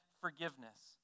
forgiveness